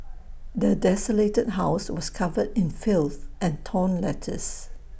the desolated house was covered in filth and torn letters